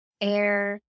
air